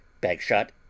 Bagshot